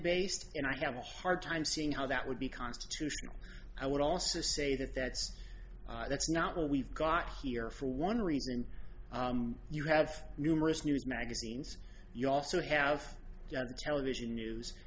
based and i have a hard time seeing how that would be constitutional i would also say that that's that's not what we've got here for one reason you have numerous news magazines you also have television news